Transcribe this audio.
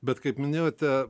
bet kaip minėjote